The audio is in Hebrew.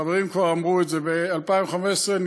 חברים כבר אמרו את זה: ב-2015 נקלענו,